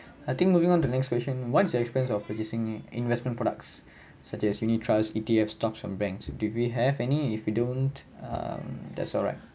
I think moving on to next question what's your expense of purchasing investment products such as unit trust E_T_F stocks from banks did we have any if you don't um that's all right